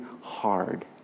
hard